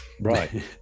Right